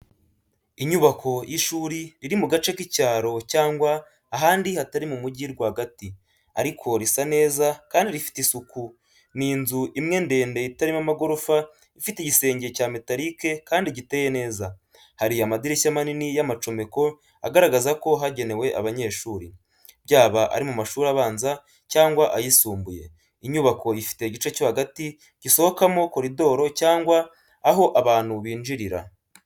Inyubako y’ishuri riri mu gace k’icyaro cyangwa ahandi hatari mu mujyi rwagati, ariko risa neza kandi rifite isuku Ni inzu imwe ndende itarimo amagorofa ifite igisenge cya metarike kandi giteye neza. hari amadirishya manini y’amacomeko agaragaza ko hagenewe abanyeshuri, byaba ari mu mashuri abanza cyangwa ayisumbuye. inyubako ifite igice cyo hagati gisohokamo koridoro cyangwa aho abantu binjirira .